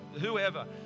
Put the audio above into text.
whoever